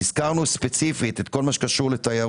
יש לנו עוד הסתייגות בסעיף 2. לגבי ה-80 מיליון לא הצבענו.